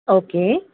okay